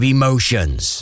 emotions